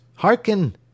Hearken